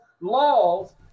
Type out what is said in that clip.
laws